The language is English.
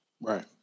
Right